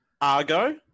Argo